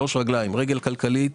3 רגליים רגל כלכלית,